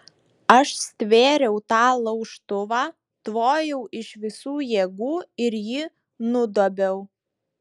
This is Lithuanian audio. aš stvėriau tą laužtuvą tvojau iš visų jėgų ir jį nudobiau